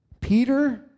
Peter